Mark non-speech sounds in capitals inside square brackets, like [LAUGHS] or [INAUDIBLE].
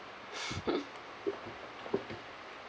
[LAUGHS]